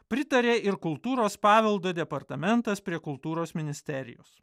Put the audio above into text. pritarė ir kultūros paveldo departamentas prie kultūros ministerijos